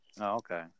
Okay